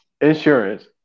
Insurance